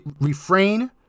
refrain